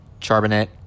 charbonnet